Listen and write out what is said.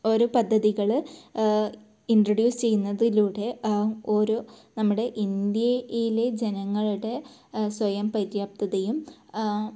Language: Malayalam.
ഓരോ പദ്ധതികൾ ഇൻട്രൊഡ്യൂസ് ചെയ്യുന്നതിലൂടെ ഓരോ നമ്മുടെ ഇന്ത്യയിലെ ജനങ്ങൾടെ സ്വയം പര്യാപ്തതയും